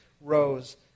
rose